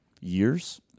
years